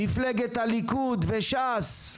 מפלגת הליכוד וש"ס,